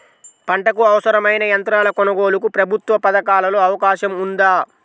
పంటకు అవసరమైన యంత్రాల కొనగోలుకు ప్రభుత్వ పథకాలలో అవకాశం ఉందా?